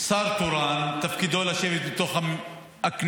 שר תורן, תפקידו לשבת בתוך הכנסת,